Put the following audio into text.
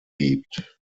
gibt